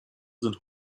sind